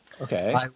Okay